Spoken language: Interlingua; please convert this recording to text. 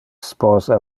sposa